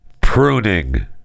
Pruning